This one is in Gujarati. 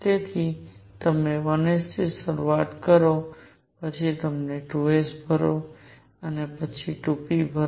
તેથી તમે 1 s થી શરૂઆત કરો છો પછી તમે 2 s ભરો છો પછી તમે 2 p ભરો છો